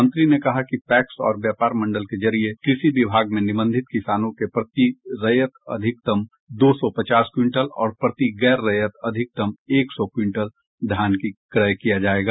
मंत्री ने कहा कि पैक्स और व्यापार मंडल के जरिए कृषि विभाग में निबंधित किसानों से प्रति रैयत अधिकतम दो सौ पचास क्विंटल और प्रति गैर रैयत अधिकतम एक सौ क्विंटल धान क्रय किया जाएगा